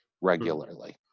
regularly